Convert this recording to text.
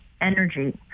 energy